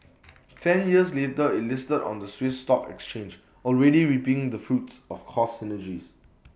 ten years later IT listed on the Swiss stock exchange already reaping the fruits of cost synergies